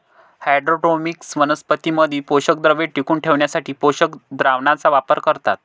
hydroponics वनस्पतीं मधील पोषकद्रव्ये टिकवून ठेवण्यासाठी पोषक द्रावणाचा वापर करतात